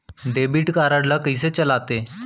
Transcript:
Debit card ला कइसे चलाते?